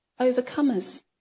overcomers